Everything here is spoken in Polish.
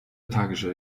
także